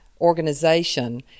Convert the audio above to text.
organization